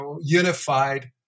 unified